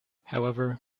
however